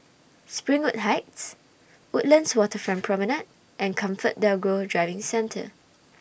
Springwood Heights Woodlands Waterfront Promenade and ComfortDelGro Driving Centre